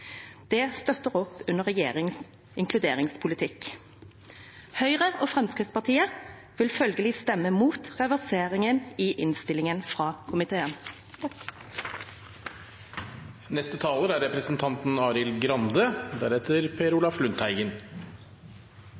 Det støtter opp under regjeringens inkluderingspolitikk. Høyre og Fremskrittspartiet vil følgelig stemme mot reverseringen i innstillingen fra komiteen. Vi diskuterer i dag en sak som er